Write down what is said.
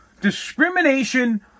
discrimination